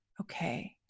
okay